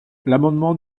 l’amendement